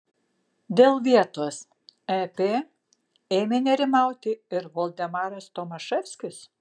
dėl vietos ep ėmė nerimauti ir valdemaras tomaševskis